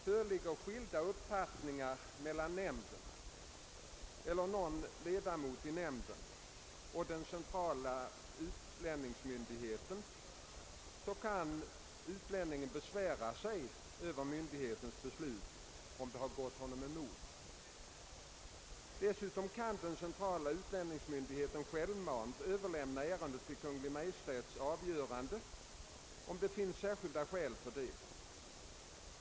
Föreligger skilda uppfattningar mellan nämnden eller någon ledamot i nämnden och den centrala utlänningsmyndigheten kan utlänningen besvära sig över myndighetens beslut, om det har gått honom emot. Dessutom kan den centrala utlänningsmyndigheten självmant Ööverlämna ärende till Kungl. Maj:ts avgörande, om det finns särskilda skäl till det.